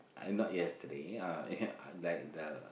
I not yesterday uh ya I like the